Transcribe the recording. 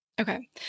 Okay